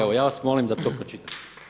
Evo ja vas molim da to pročitate.